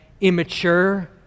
immature